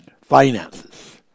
finances